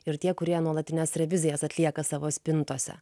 ir tie kurie nuolatines revizijas atlieka savo spintose